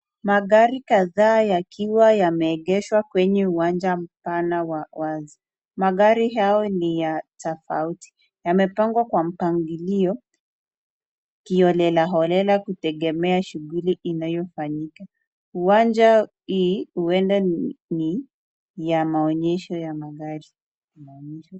Magari kadhaa yakiwa yameegeshwa kwenye uwanja mpana wa wazi. Magari hayo ni ya tofauti. Yamepangwa kwa mpangilio kiholelaholela kutegemea shughuli ile inayofanyika. Uwanja hii huenda ni ya maonyesho ya magari